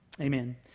Amen